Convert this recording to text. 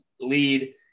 lead